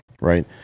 Right